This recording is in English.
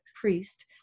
priest